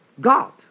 God